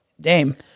Dame